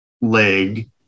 leg